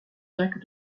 jacques